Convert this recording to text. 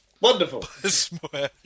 Wonderful